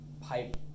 pipe